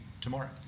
tomorrow